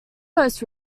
most